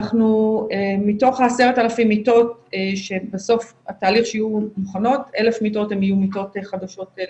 מתוך 10,000 המיטות שבסוף התהליך כשיהיו מוכנות 1,000 מיטות יהיו חדשות,